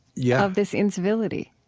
yeah of this incivility?